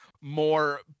more